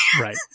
right